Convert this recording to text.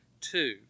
Two